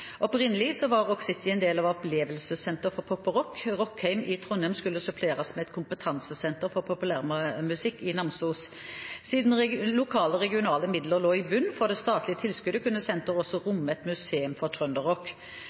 Opprinnelig var Rock City en del av et opplevelsessenter for pop og rock. Rockheim i Trondheim skulle suppleres med et kompetansesenter for populærmusikk i Namsos. Siden lokale og regionale midler lå i bunn for det statlige tilskuddet, kunne senteret også romme et museum for